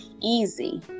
easy